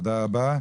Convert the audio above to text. תודה רבה.